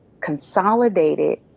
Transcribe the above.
consolidated